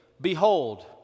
Behold